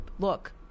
Look